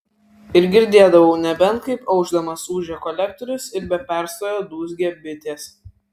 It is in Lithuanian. ir girdėdavau nebent kaip aušdamas ūžia kolektorius ir be perstojo dūzgia bitės